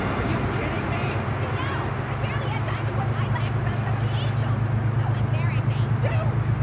are you kidding me? i know. i barely had time to put eyelashes on some of the angels. so embarrassing. dude,